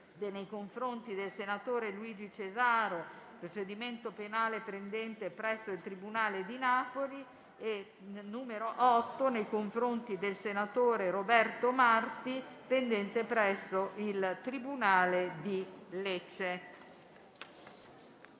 nei confronti del senatore Luigi Cesaro (procedimento penale pendente presso il tribunale di Napoli); il documento n. 8, nei confronti del senatore Roberto Marti (procedimento pendente presso il tribunale di Lecce).